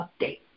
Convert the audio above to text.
update